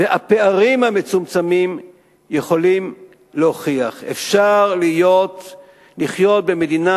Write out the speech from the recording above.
והפערים המצומצמים יכולים להוכיח: אפשר לחיות במדינה